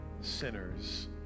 sinners